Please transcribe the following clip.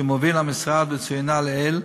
שמוביל המשרד וצוינה לעיל,